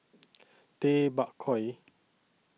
Tay Bak Koi